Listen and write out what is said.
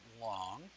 long